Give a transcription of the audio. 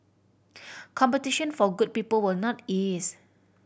competition for good people will not ease